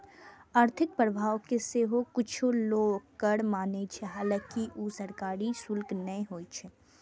आर्थिक प्रभाव कें सेहो किछु लोक कर माने छै, हालांकि ऊ सरकारी शुल्क नै होइ छै